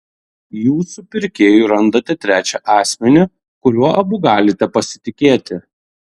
jūs su pirkėju randate trečią asmenį kuriuo abu galite pasitikėti